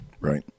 Right